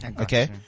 Okay